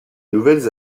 nouvelles